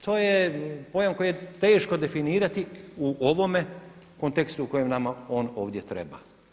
To je pojam koji je teško definirati u ovome kontekstu u kojem nama on ovdje treba.